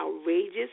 outrageous